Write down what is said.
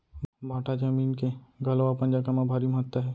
भाठा जमीन के घलौ अपन जघा म भारी महत्ता हे